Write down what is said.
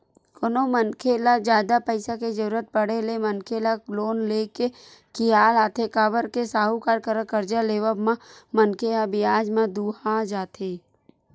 कोनो मनखे ल जादा पइसा के जरुरत पड़े ले मनखे ल लोन ले के खियाल आथे काबर के साहूकार करा करजा लेवब म मनखे ह बियाज म दूहा जथे